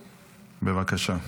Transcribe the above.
בבקשה.